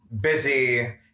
busy